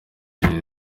jay